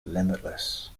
limitless